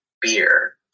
beer